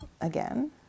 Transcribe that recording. again